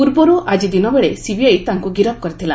ପୂର୍ବରୁ ଆଜି ଦିନବେଳେ ସିବିଆଇ ତାଙ୍କୁ ଗିରଫ କରିଥିଲା